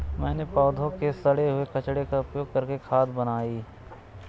मैंने पौधों के सड़े हुए कचरे का उपयोग करके खाद बनाई